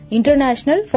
International